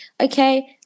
okay